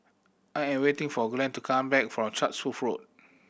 I am waiting for Glenn to come back from Chatsworth Road